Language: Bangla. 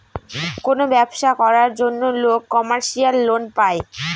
কোনো ব্যবসা করার জন্য লোক কমার্শিয়াল লোন পায়